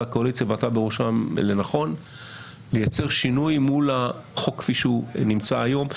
הקואליציה ואתה בראשם לייצר שינוי מול החוק כפי שהוא קיים היום,